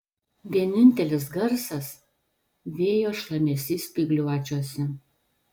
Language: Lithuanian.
vienintelis garsas vėjo šlamesys spygliuočiuose